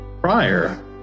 prior